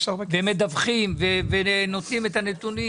מסתדר ומדווחים, נותנים את הנתונים